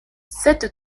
cette